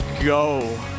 go